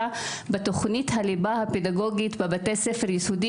בתוכנית הליבה הפדגוגית בבתי הספר היסודיים.